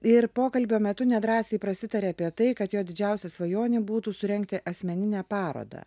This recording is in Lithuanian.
ir pokalbio metu nedrąsiai prasitarė apie tai kad jo didžiausia svajonė būtų surengti asmeninę parodą